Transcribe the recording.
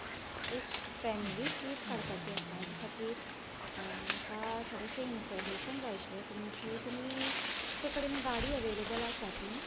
एक family trip करपाची आसा तेचे खातीर म्हाका थोडीशी इनफॉरमेशन जाय आशिल्ली तुमची तुमी तुमचे कडेन गाडी अवेलेबल आसात न्ही